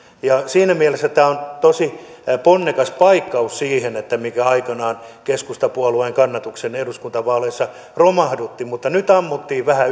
siinä mielessä tämä on tosi ponnekas paikkaus siihen mikä aikanaan keskustapuolueen kannatuksen eduskuntavaaleissa romahdutti mutta nyt ammuttiin vähän